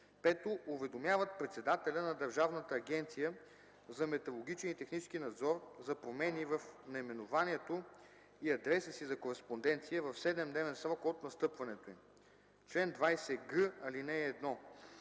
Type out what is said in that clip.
3; 5. уведомяват председателя на Държавната агенция за метрологичен и технически надзор за промени в наименованието и адреса си за кореспонденция в 7-дневен срок от настъпването им. Чл. 20г. (1)